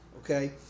okay